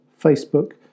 Facebook